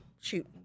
shoot